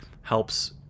helps